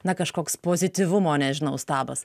na kažkoks pozityvumo nežinau stabas